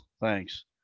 Thanks